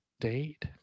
date